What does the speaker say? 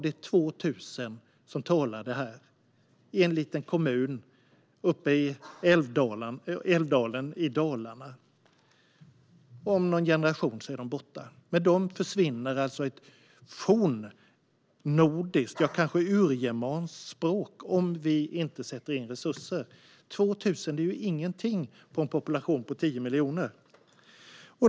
Det är 2 000 personer som talar det här språket i en liten kommun, Älvdalen, i Dalarna. Om någon generation är de borta. Med dem försvinner ett fornnordiskt, ja, kanske urgermanskt, språk om vi inte sätter in resurser. 2 000 är ingenting i en population på 10 miljoner.